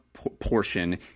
portion